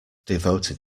devoted